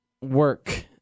work